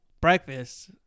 breakfast